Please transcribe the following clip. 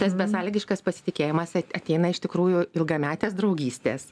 tas besąlygiškas pasitikėjimas ateina iš tikrųjų ilgametės draugystės